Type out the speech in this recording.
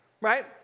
Right